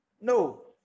No